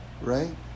right